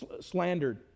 slandered